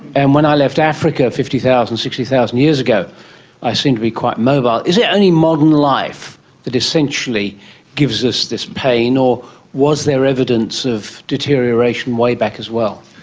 and when i left africa fifty thousand, sixty thousand years ago i seemed to be quite mobile. is it only modern life that essentially gives us this pain, or was there evidence of deterioration way back as well?